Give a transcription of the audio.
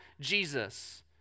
Jesus